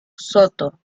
soto